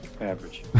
Average